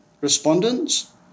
respondents